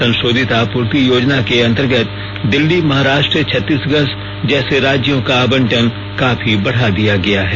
संशोधित आपूर्ति योजना के अंतर्गत दिल्ली महाराष्ट्र छत्तीसगढ जैसे राज्यों का आवंटन काफी बढा दिया गया है